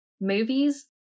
movies